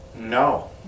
no